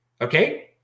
Okay